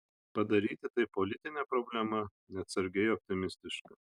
padaryti tai politine problema neatsargiai optimistiška